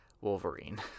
Wolverine